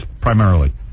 primarily